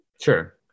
sure